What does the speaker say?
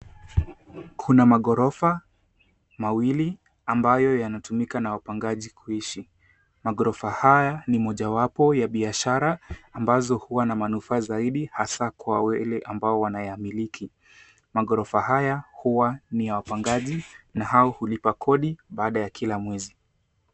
Kuna maghorofa mawili ambayo yanatumika na wapangaji kuishi. Maghorofa haya ni mojawapo ya biashara ambazo huwa na manufaa zaidi, hasa kwa wale ambao wanayamiliki. Maghorofa haya huwa ni ya wapangaji, na hao hulipa kodi baada ya kila mwezi.